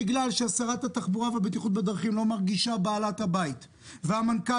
בגלל ששרת התחבורה והבטיחות בדרכים לא מרגישה בעלת הבית והמנכ"לית